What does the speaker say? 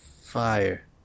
Fire